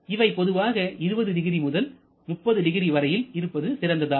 இவை பொதுவாக 200 முதல் 300 வரையில் இருப்பது சிறந்ததாகும்